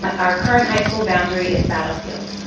but our current high school boundary is battlefield.